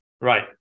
Right